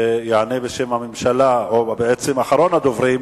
ויענה בשם הממשלה, או בעצם אחרון הדוברים,